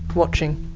watching?